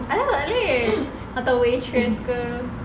asal takleh atau waitress ke